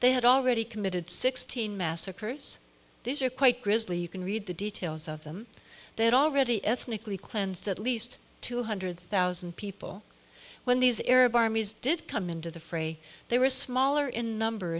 they had already committed sixteen massacres these are quite grisly you can read the details of them they had already ethnically cleansed at least two hundred thousand people when these arab armies did come into the fray they were smaller in number